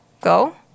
Go